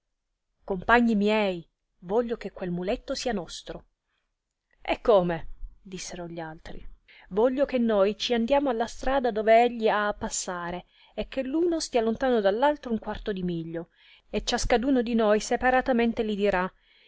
compagni miei voglio che quel muletto sia nostro e come dissero gli altri voglio che noi ci andiamo alla strada dove egli ha a passare e che l'uno stia lontano dall'altro un quarto di miglio e ciascaduno di noi separatamente li dirà